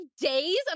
days